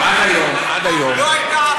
לא הייתה?